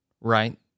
right